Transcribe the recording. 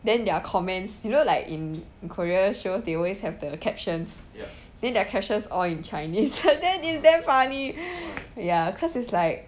then their comments you know like in korea shows they always have the captions then they're captions all in chinese then it's damn funny ya cause it's like